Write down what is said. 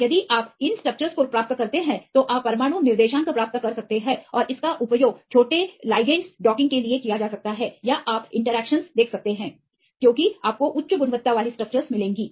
और यदि आप इनस्ट्रक्चर्स को प्राप्त करते हैं तो आप परमाणु निर्देशांक प्राप्त कर सकते हैं और इसका उपयोग छोटे लिगेंड के डॉकिंग के लिए किया जा सकता है या आप इंटरैक्शन देख सकते हैं क्योंकि आपको उच्च गुणवत्ता वाली स्ट्रक्चर्स मिलेंगी